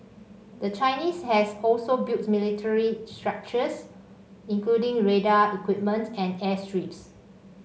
the Chinese has also built military structures including radar equipment and airstrips